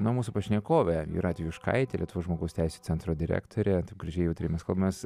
na o mūsų pašnekovė jūratė juškaitė lietuvos žmogaus teisių centro direktorė gražiai jautriai mes kalbamės